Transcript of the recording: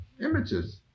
images